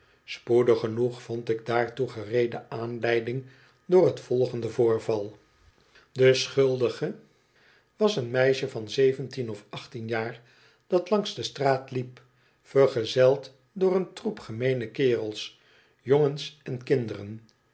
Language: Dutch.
spoedig genoeg vond ik daartoe gereede aanleiding door het volgende voorval de schuldige was een meisje van zeventien of achttien jaar dat langs de straat liep vergezeld door een troep gemeene kerels jongens on kinderen